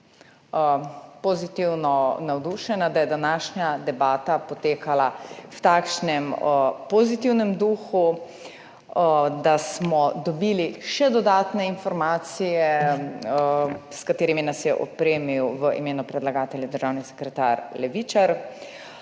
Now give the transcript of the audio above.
pozitivno navdušena, da je današnja debata potekala v takšnem pozitivnem duhu, da smo dobili še dodatne informacije, s katerimi nas je opremil v imenu predlagatelja državni sekretar Levičar.